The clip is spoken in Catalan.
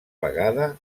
vegada